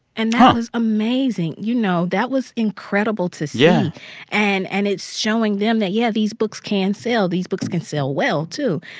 and that was amazing. you know, that was incredible to see yeah and and it's showing them that, yeah, these books can sell. these books can sell well too.